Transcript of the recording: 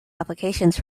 applications